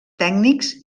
tècnics